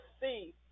see